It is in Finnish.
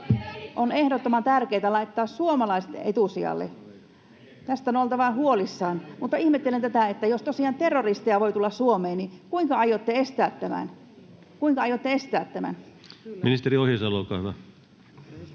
On ehdottoman tärkeätä laittaa suomalaiset etusijalle. Tästä on oltava huolissaan. Mutta ihmettelen tätä, että jos tosiaan terroristeja voi tulla Suomeen, niin kuinka aiotte estää tämän? Kuinka aiotte estää